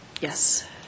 Yes